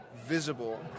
visible